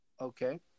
Okay